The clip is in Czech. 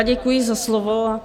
Děkuji za slovo.